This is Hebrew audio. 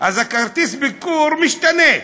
אז כרטיס הביקור משתנה.